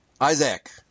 Isaac